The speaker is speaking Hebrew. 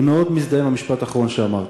אני מאוד מזדהה עם המשפט האחרון שאמרת.